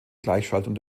gleichschaltung